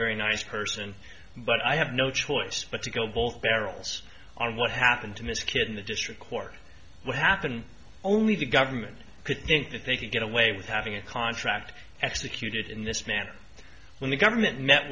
very nice person but i have no choice but to go both barrels on what happened to his kid in the district court what happened only the government could think that they could get away with having a contract executed in this manner when the government